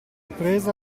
presa